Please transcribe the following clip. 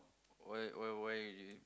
what what why did you